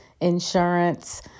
insurance